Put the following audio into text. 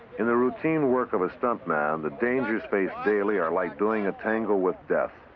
in the routine work of a stuntman, the dangers faced daily are like doing a tango with death.